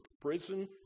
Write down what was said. prison